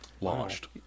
launched